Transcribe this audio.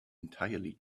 entirely